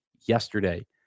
yesterday